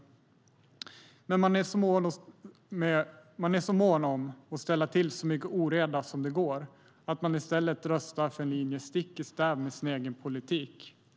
Men man är så mån om att ställa till så mycket oreda det går att man i stället röstar för en linje stick i stäv med sin egen politik.